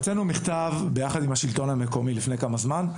הוצאנו מכתב ביחד עם השלטון המקומי לפני כמה זמן,